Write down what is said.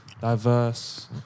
diverse